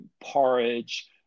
porridge